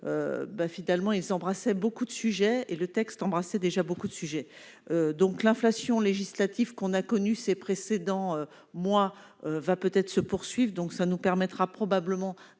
finalement ils s'embrassaient, beaucoup de sujets et le texte embrasser déjà beaucoup de sujets donc l'inflation législative, qu'on a connu ces précédents moi va peut-être se poursuivent donc ça nous permettra probablement